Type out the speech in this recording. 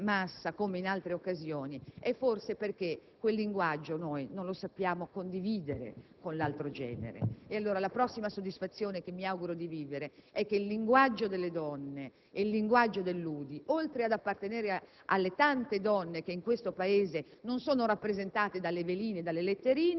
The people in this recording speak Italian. in massa come in altre occasioni, è forse perché quel linguaggio non lo sappiamo condividere con l'altro genere. Pertanto, la prossima soddisfazione che mi auguro di vivere è che il linguaggio delle donne e dell'UDI, oltre ad appartenere alle tante donne che in questo Paese non sono rappresentate